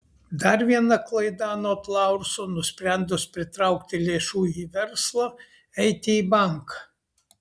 dar viena klaida anot laurso nusprendus pritraukti lėšų į verslą eiti į banką